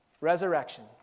resurrection